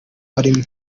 arimo